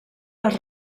les